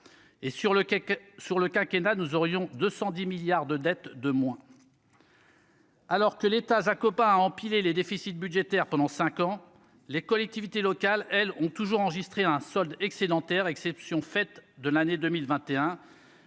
CAC sur le quinquennat nous aurions 210 milliards de dettes de moins. Alors que l'État Zakopane à empiler les déficits budgétaires pendant 5 ans, les collectivités locales, elles ont toujours enregistré un solde excédentaire, exception faite de l'année 2021